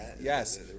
Yes